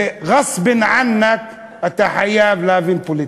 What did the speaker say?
וראס בין ענכ, אתה חייב להבין פוליטיקה,